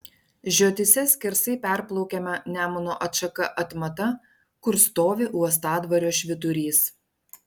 žiotyse skersai perplaukiama nemuno atšaka atmata kur stovi uostadvario švyturys